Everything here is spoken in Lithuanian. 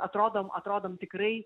atrodom atrodom tikrai